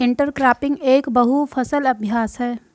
intercropping एक बहु फसल अभ्यास है